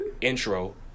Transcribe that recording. Intro